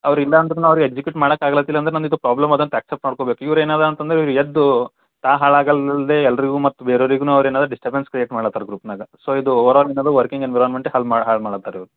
ಅವರಿಲ್ಲ ಅಂದ್ರೂನು ಅವ್ರು ಎಕ್ಸಿಕ್ಯೂಟ್ ಮಾಡಕ್ಕೆ ಆಗಲ್ಲತ್ತಿಲ್ಲಾಂದರೂ ನನ್ನದಿದು ಪ್ರಾಬ್ಲಮದ ಅಂತ ಎಕ್ಸೆಪ್ಟ್ ಮಾಡ್ಕೋಬೇಕು ಇವ್ರು ಏನರ ಅಂತಂದ್ರೆ ಇವ್ರು ಎದ್ದು ತಾ ಹಾಳಗದಲ್ದೆ ಎಲ್ಲರಿಗೂ ಮತ್ತು ಬೇರೆವ್ರಿಗೂನು ಅವ್ರು ಏನಾದ್ರು ಡಿಸ್ಟಬೆನ್ಸ್ ಕ್ರಿಯೇಟ್ ಮಾಡ್ಲತ್ತಾರ ಗ್ರೂಪ್ನಾಗ ಸೊ ಇದು ಓವರಾಲ್ ಏನದೆ ವರ್ಕಿಂಗ್ ಎನ್ವೈರ್ಮೆಂಟೆ ಹಾಳ್ ಮಾ ಹಾಳ್ಮಾಡ ಹತ್ತಾರ ಇವ್ರು